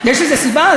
יש לזה סיבה?